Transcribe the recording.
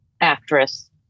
actress